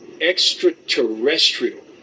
extraterrestrial